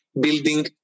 building